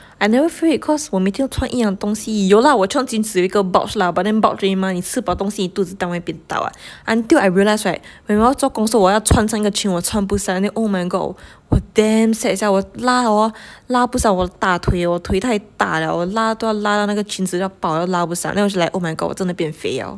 I never feel it cause 我每天穿一样的东西有 lah 我穿裙子有一个 bulge lah but then bulge 而已 mah 你吃饱东西你肚子当然会变大 [what] until I realize right when 我要做工时候我要穿这样的裙我穿不下 then oh my god 我 damn sad sia 我拉 hor 拉不上我大腿 eh 我腿太大了我拉都拉到那个裙子要爆了还拉不上 then 我就 like oh my god 我真的变肥了